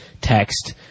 text